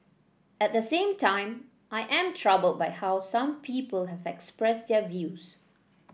at the same time I am troubled by how some people have expressed their views